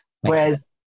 Whereas